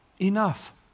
enough